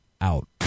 out